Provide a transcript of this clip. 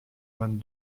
vingt